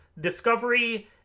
Discovery